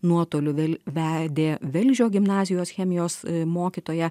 nuotoliu vėl vedė velžio gimnazijos chemijos mokytoja